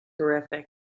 Terrific